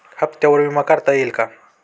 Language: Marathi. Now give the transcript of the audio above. हप्त्यांवर विमा काढता येईल का?